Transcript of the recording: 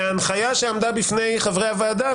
מההנחיה שעמדה בפני חברי הוועדה,